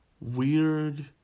weird